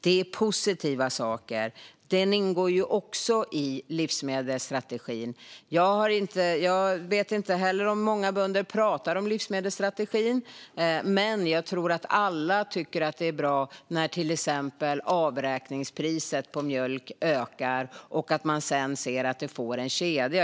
Det är positiva saker och ingår också i livsmedelsstrategin. Jag vet inte heller om många bönder pratar om livsmedelsstrategin, men jag tror att alla tycker att det är bra när till exempel avräkningspriset på mjölk ökar och att det blir en kedja.